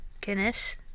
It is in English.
Guinness